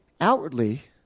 outwardly